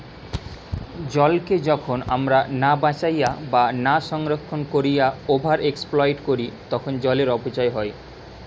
জলকে যখন আমরা না বাঁচাইয়া বা না সংরক্ষণ কোরিয়া ওভার এক্সপ্লইট করি তখন জলের অপচয় হয়